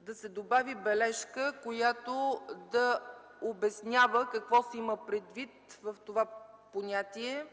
да се добави бележка, която да обяснява какво се има предвид в това понятие